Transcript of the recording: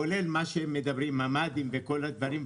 כולל ממ"דים וכל הדברים,